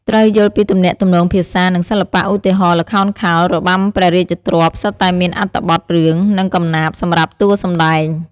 ត្រូវយល់ពីទំនាក់ទំនងភាសា និងសិល្បៈ ឧទាហរណ៍ ល្ខោនខោល របាំព្រះរាជទ្រព្យ សុទ្ធតែមានអត្ថបទរឿង និងកំណាព្យសម្រាប់តួសម្ដែង។